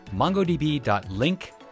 mongodb.link